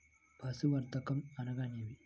పశుసంవర్ధకం అనగా ఏమి?